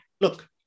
look